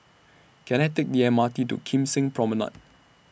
Can I Take The M R T to Kim Seng Promenade